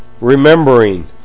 remembering